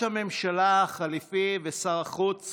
הממשלה החליפי ושר החוץ